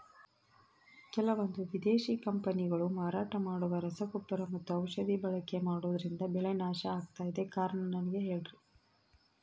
ಕೆಲವಂದು ವಿದೇಶಿ ಕಂಪನಿಗಳು ಮಾರಾಟ ಮಾಡುವ ರಸಗೊಬ್ಬರ ಮತ್ತು ಔಷಧಿ ಬಳಕೆ ಮಾಡೋದ್ರಿಂದ ಬೆಳೆ ನಾಶ ಆಗ್ತಾಇದೆ? ಕಾರಣ ನನಗೆ ಹೇಳ್ರಿ?